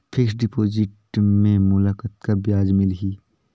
Fixed deposit मे मोला कतका ब्याज मिलही?